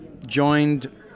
Joined